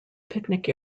picnic